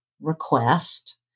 request